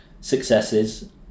successes